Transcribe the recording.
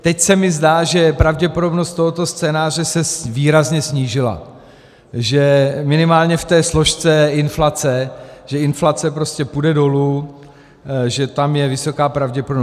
Teď se mi zdá, že pravděpodobnost tohoto scénáře se výrazně snížila, že minimálně v té složce inflace, že inflace prostě půjde dolů, že tam je vysoká pravděpodobnost.